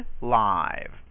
live